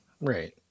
Right